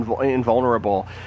invulnerable